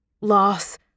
loss